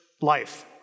life